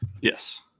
Yes